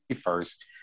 first